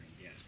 Yes